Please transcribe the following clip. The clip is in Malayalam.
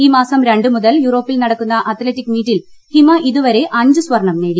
ഈ മാസം രണ്ട് മുതൽ യൂറോപ്പിൽ നടക്കുന്ന അത്ലറ്റിക് മീറ്റിൽ ഹിമ ഇതുവരെ അഞ്ച് സ്വർണം നേടി